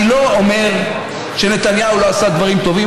אני לא אומר שנתניהו לא עשה דברים טובים,